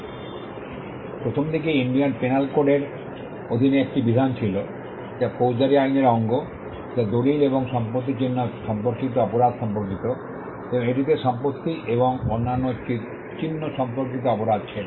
প্রথমদিকে Indian penal code এর অধীনে একটি বিধান ছিল যা ফৌজদারি আইনের অঙ্গ যা দলিল এবং সম্পত্তি চিহ্ন সম্পর্কিত অপরাধ সম্পর্কিত এবং এটিতে সম্পত্তি এবং অন্যান্য চিহ্ন সম্পর্কিত অপরাধ ছিল